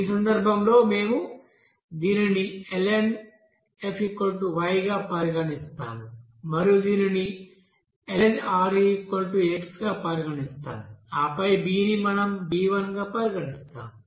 ఈ సందర్భంలో మేము దీనిని lnfY గా పరిగణిస్తాము మరియు దీనిని lnRex గా పరిగణిస్తాము ఆపై b ని మనం b1 గా పరిగణిస్తాము